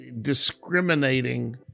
discriminating